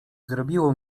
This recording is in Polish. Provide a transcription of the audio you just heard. zrobiło